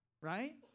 Right